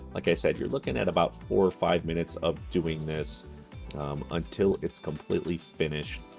like i said, you're looking at about four or five minutes of doing this until it's completely finished.